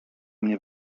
mnie